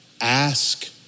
ask